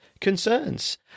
concerns